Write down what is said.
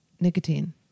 nicotine